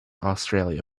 australia